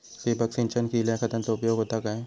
ठिबक सिंचनान दिल्या खतांचो उपयोग होता काय?